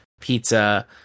pizza